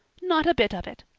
not a bit of it.